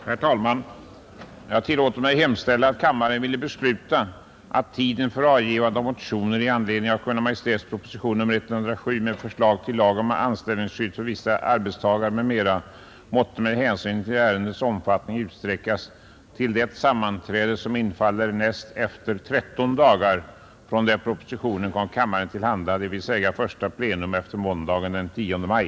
Herr talman! Jag tillåter mig hemställa, att kammaren ville besluta, att tiden för avgivande av motioner i anledning av Kungl. Maj:ts proposition nr 107 med förslag till lag om anställningsskydd för vissa arbetstagare, m m. måtte med hänsyn till ärendets omfattning utsträckas till det sammanträde som infaller näst efter tretton dagar från det propositionen kom kammaren till handa, dvs. första plenum efter måndagen den 10 maj.